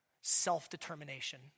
self-determination